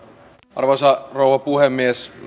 arvoisa rouva puhemies